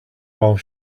while